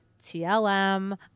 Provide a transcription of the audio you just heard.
TLM